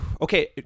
okay